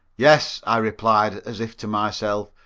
yes, i replied, as if to myself,